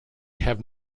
have